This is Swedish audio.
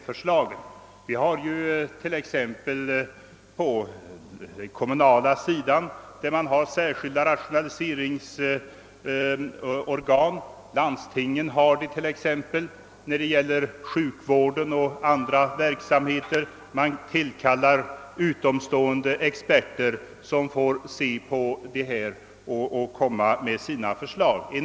Detta gäller t.ex. på kommunalt håll, där man har särskilda rationaliseringsorgan, och även på landstingsnivå, t.ex. inom sjukvården och andra verksamheter. Man tillkallar där utomstående experter som får utreda verksamheten och lägga fram sina resultat.